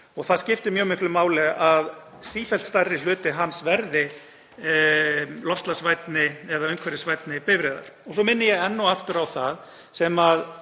og það skiptir mjög miklu máli að sífellt stærri hluti hans verði loftslagsvænni eða umhverfisvænni bifreiðar. Svo minni ég enn og aftur á frumvarp